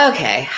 Okay